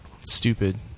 stupid